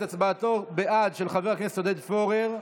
התש"ף 2020, לא נתקבלה.